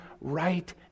right